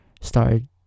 started